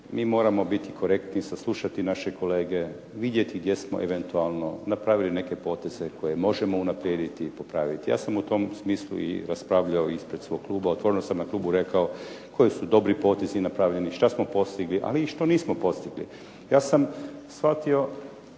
Mi moramo biti korektni, saslušati naše kolege, vidjeti gdje smo eventualno napravili neke poteze koje možemo unaprijediti i popraviti. Ja sam u tom smislu i raspravljao ispred svog kluba. Otvoreno sam na klubu rekao koji su dobri potezi napravljeni, što smo postigli, ali i što nismo postigli. Ja sam shvatio